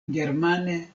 germane